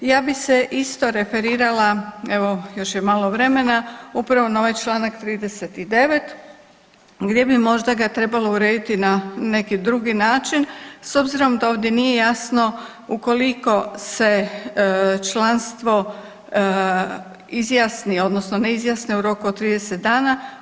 Ja bi se isto referirala, evo još je malo vremena, upravo na ovaj čl. 39. gdje bi možda ga trebalo urediti na neki drugi način, s obzirom da ovdje nije jasno ukoliko se članstvo izjasni odnosno ne izjasni u roku od 30 dana.